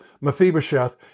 Mephibosheth